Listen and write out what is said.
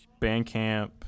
Bandcamp